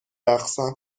رقصم